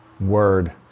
word